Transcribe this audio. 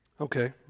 Okay